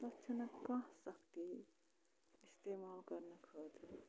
تَتھ چھَنہٕ کانٛہہ سختی اِستعمال کَرنہٕ خٲطرٕ